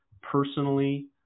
personally